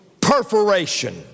perforation